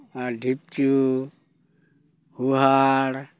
ᱟᱨ ᱰᱷᱤᱯᱪᱩ ᱦᱳᱦᱮᱲ